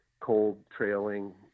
cold-trailing